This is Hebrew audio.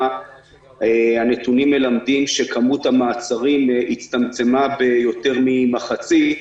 הנתונים מלמדים שכמות המעצרים הצטמצמה ביותר ממחצית.